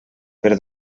per